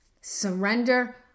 Surrender